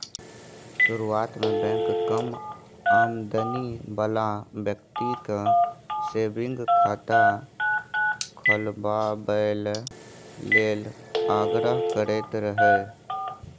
शुरुआत मे बैंक कम आमदनी बला बेकती केँ सेबिंग खाता खोलबाबए लेल आग्रह करैत रहय